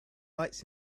lights